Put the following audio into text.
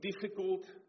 difficult